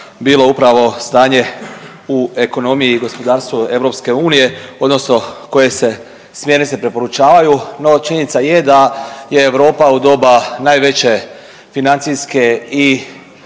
bilo upravo stanje u ekonomiji i gospodarstvu EU odnosno koje se smjernice preporučavaju, no činjenica je da je Europa u doba najveće financijske i